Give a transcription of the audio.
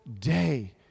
day